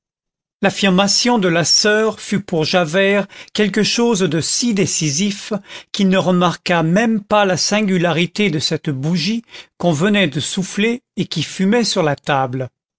l'affirmation de la soeur fut pour javert quelque chose de si décisif qu'il ne remarqua même pas la singularité de cette bougie qu'on venait de souffler et qui fumait sur la table